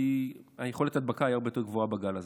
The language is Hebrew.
כי יכולת הדבקה היא הרבה יותר גבוהה בגל הזה.